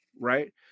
right